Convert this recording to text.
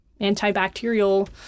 antibacterial